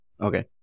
Okay